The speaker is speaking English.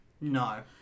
No